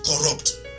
corrupt